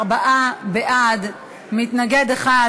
34 בעד, ומתנגד אחד.